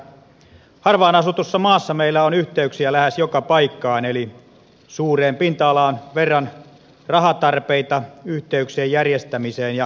harvaan asutussa maassa meillä on yhteyksiä lähes joka paikkaan eli suuren pinta alan verran rahatarpeita yhteyksien järjestämiseen ja kunnostamiseen